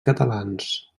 catalans